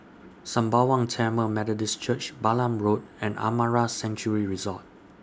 Sembawang Tamil Methodist Church Balam Road and Amara Sanctuary Resort